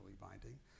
binding